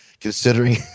considering